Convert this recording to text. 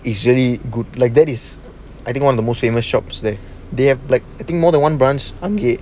easily good like that is I think one of the most famous shops there they have like I think more than one branch upgrade